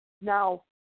Now